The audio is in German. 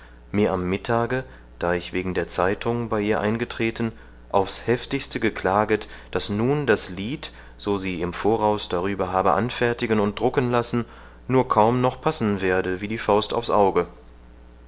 mir am mittage da ich wegen der zeitung bei ihr eingetreten aufs heftigste geklaget daß nun das lied so sie im voraus darüber habe anfertigen und drucken lassen nur kaum noch passen werde wie die faust aufs auge